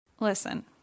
Listen